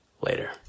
later